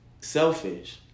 selfish